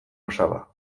osaba